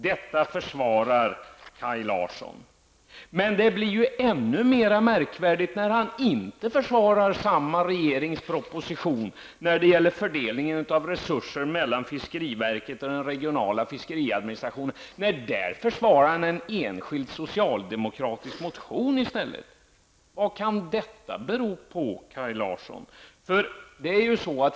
Detta försvarar Kaj Larsson. Men det blir ännu märkvärdigare när han inte försvarar samma regerings proposition när det gäller fördelningen av resurser mellan fiskeriverket och den regionala fiskeriadministrationen. Där försvarar han en enskild socialdemokratisk motion i stället. Vad kan detta bero på, Kaj Larsson?